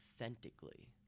authentically